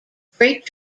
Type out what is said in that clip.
freight